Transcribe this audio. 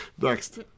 Next